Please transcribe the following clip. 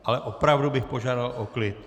Ale opravdu bych požádal o klid!